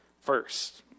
first